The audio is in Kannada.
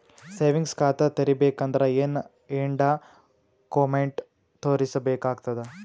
ಸೇವಿಂಗ್ಸ್ ಖಾತಾ ತೇರಿಬೇಕಂದರ ಏನ್ ಏನ್ಡಾ ಕೊಮೆಂಟ ತೋರಿಸ ಬೇಕಾತದ?